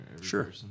Sure